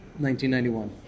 1991